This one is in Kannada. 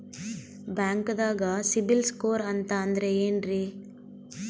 ಬ್ಯಾಂಕ್ದಾಗ ಸಿಬಿಲ್ ಸ್ಕೋರ್ ಅಂತ ಅಂದ್ರೆ ಏನ್ರೀ?